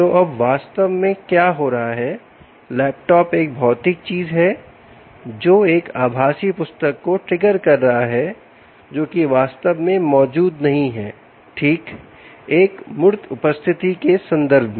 तो अब वास्तव में क्या हो रहा है लैपटॉप एक भौतिक चीज है जो एक आभासी पुस्तक को ट्रिगर कर रहा है जो कि वास्तव में मौजूद नहीं है ठीक एक मूर्त उपस्थिति के संदर्भ में